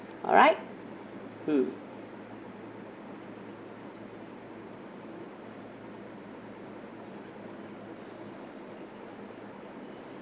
alright mm